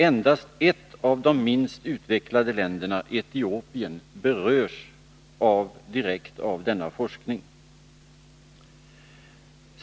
Endast ett av de minst utvecklade länderna, Etiopien, berörs direkt av denna forskning.